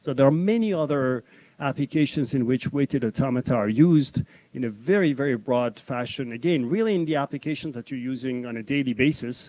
so there are many other applications in which weighted automata are used in a very, very broad fashion, again, really in the application that you're using on a daily basis